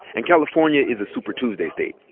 and california is a super tuesday state.